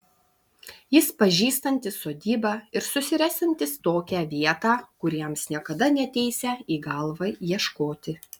jis pažįstantis sodybą ir susirasiantis tokią vietą kur jiems niekada neateisią į galvą ieškoti